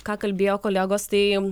ką kalbėjo kolegos tai